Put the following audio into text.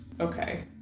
Okay